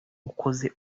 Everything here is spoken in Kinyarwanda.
ukoze